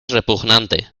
repugnante